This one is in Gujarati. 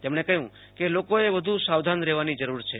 તેમણે કહ્યું કે લોકોએ વધુ સાવધાન રહેવાની જરૂર છે